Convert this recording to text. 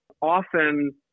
often